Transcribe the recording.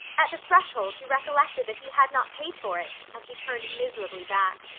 at the threshold he recollected that he had not paid for it and he turned miserably back.